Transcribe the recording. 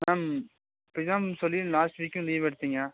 ma'am இப்படி தான் சொல்லி லாஸ்ட் வீக்கும் லீவ் எடுத்தீங்க